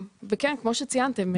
וכן כמו שציינתם,